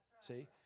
See